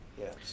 Yes